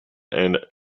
and